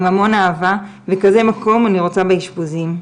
עם המון אהבה וכזה מקום אני רוצה לאשפוזים.